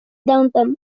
downtown